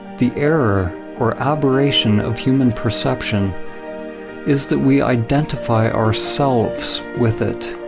the error or aberration of human perception is that we identify ourselves with it.